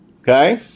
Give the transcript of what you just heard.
Okay